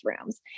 rooms